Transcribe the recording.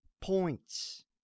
points